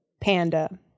Panda